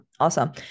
Awesome